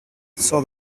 saw